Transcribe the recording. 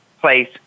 place